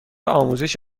آموزش